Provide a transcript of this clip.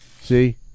See